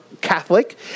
Catholic